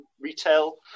retail